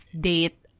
date